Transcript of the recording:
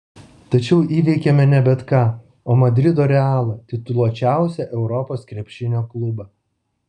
tačiau įveikėme ne bet ką o madrido realą tituluočiausią europos krepšinio klubą